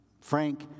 Frank